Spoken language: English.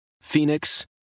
Phoenix